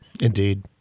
Indeed